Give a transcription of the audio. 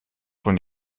von